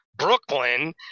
Brooklyn